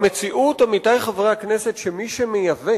המציאות, עמיתי חברי הכנסת, היא שמי שמייבא